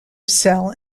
cell